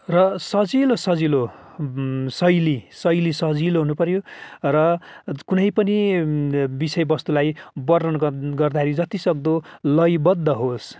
र सजिलो सजिलो शैली शैली सजिलो हुनुपर्यो र कुनै पनि विषयवस्तुलाई वर्णन गर्दाखेरि जतिसक्दो लयबद्ध होस्